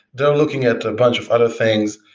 they're looking at a bunch of other things.